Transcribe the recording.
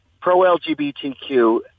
pro-LGBTQ